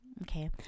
Okay